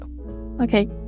Okay